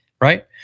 right